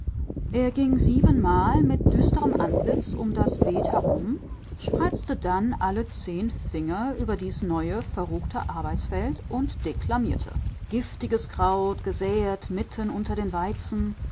er ging siebenmal mit düsterem antlitz um das beet herum spreizte dann alle zehn finger über dies neue verruchte arbeitsfeld und deklamierte giftiges kraut gesäet mitten unter den weizen